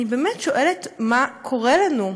אני באמת שואלת: מה קורה לנו?